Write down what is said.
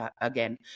again